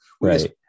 right